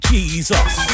Jesus